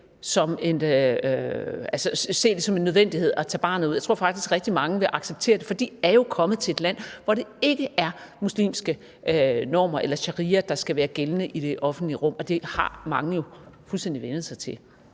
se det som en nødvendighed at tage barnet ud. Jeg tror faktisk, at rigtig mange vil acceptere det. For de er jo kommet til et land, hvor det ikke er muslimske normer eller sharia, der skal være gældende i det offentlige rum, og det har mange jo fuldstændig vænnet sig til.